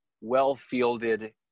well-fielded